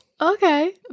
Okay